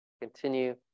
continue